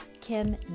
Kim